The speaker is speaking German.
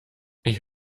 ich